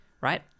Right